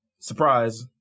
surprise